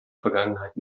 vergangenheit